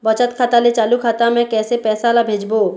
बचत खाता ले चालू खाता मे कैसे पैसा ला भेजबो?